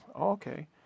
Okay